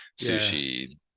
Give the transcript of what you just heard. sushi